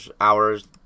hours